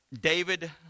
David